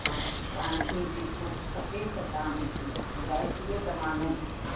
हा तव्हांखे जेको खपे त तव्हां मूंखे ॿुधाए छॾियो त मां नोट कयां